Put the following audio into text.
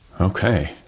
Okay